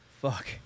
Fuck